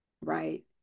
right